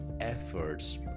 efforts